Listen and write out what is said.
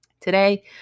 today